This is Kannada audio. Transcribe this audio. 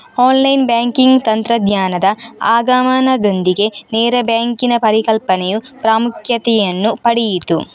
ಆನ್ಲೈನ್ ಬ್ಯಾಂಕಿಂಗ್ ತಂತ್ರಜ್ಞಾನದ ಆಗಮನದೊಂದಿಗೆ ನೇರ ಬ್ಯಾಂಕಿನ ಪರಿಕಲ್ಪನೆಯು ಪ್ರಾಮುಖ್ಯತೆಯನ್ನು ಪಡೆಯಿತು